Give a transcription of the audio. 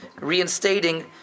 reinstating